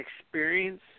experience